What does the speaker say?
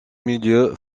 milieux